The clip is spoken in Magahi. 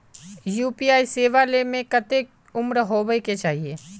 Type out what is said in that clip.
यु.पी.आई सेवा ले में कते उम्र होबे के चाहिए?